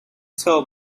tell